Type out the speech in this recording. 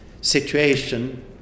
situation